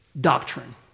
doctrine